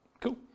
Cool